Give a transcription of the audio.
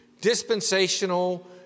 dispensational